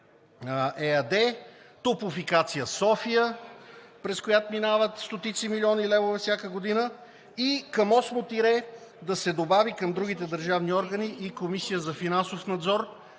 ЕАД, „Топлофикация-София“, през която минават стотици милиони левове всяка година, и към осмо тире да се добави „Към другите държавни органи и Комисията за финансов надзор,